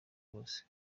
bose